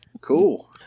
cool